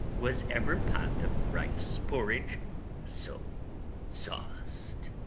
was ever pot of rice-porridge so sauced?